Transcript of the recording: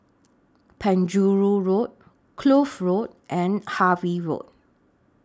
Penjuru Road Kloof Road and Harvey Road